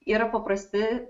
yra paprasti